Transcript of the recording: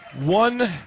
One